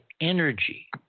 energy